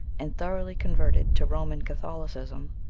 and thoroughly converted to roman catholicism,